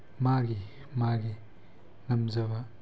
ꯃꯥꯒꯤ ꯃꯥꯒꯤ ꯉꯝꯖꯕ